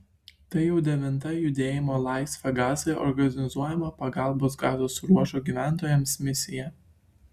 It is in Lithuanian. tai jau devinta judėjimo laisvę gazai organizuojama pagalbos gazos ruožo gyventojams misija